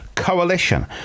coalition